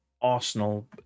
Arsenal